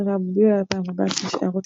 24 ביולי 2014 == הערות שוליים שוליים ==